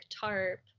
tarp